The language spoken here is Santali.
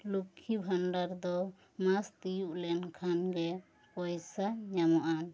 ᱞᱩᱠᱠᱷᱤ ᱵᱷᱟᱱᱰᱟᱨ ᱫᱚ ᱢᱟᱥ ᱛᱤᱭᱩᱜ ᱞᱮᱱ ᱠᱷᱟᱱ ᱜᱮ ᱯᱚᱭᱥᱟ ᱧᱟᱢᱚᱜᱼᱟ